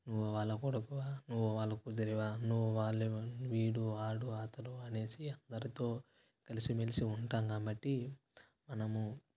నువ్వు వాళ్ళ కొడుకువా నువ్వు వాళ్ళు కూతురివా నువ్వు వాళ్ళు వీడు వాడు అతడు అనేసి అందరితో కలిసిమెలిసి ఉంటాం కాబట్టి మనము